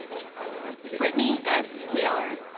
brittany s. taylor.